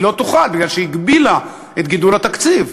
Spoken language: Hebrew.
היא לא תוכל בגלל שהיא הגבילה את גידול התקציב.